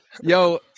yo